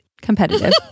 Competitive